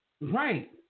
Right